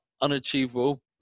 unachievable